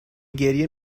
گریه